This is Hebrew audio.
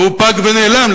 והוא פג ונעלם,